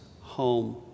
home